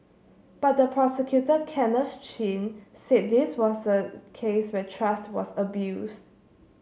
but the prosecutor Kenneth Chin said this was a case where trust was abused